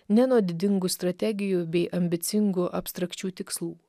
ne nuo didingų strategijų bei ambicingų abstrakčių tikslų